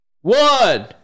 One